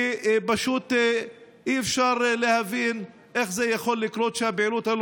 כי פשוט אי-אפשר להבין איך זה יכול לקרות שהפעילות הזו